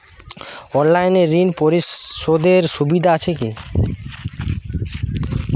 অনলাইনে ঋণ পরিশধের সুবিধা আছে কি?